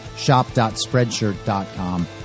shop.spreadshirt.com